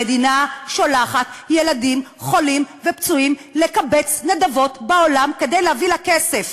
המדינה שולחת ילדים חולים ופצועים לקבץ נדבות בעולם כדי להביא לה כסף,